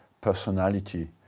personality